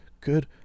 good